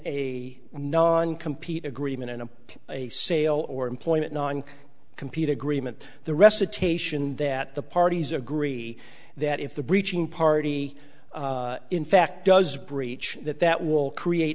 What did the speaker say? a non compete agreement and a sale or employment non compete agreement the recitation that the parties agree that if the breaching party in fact does breach that that will create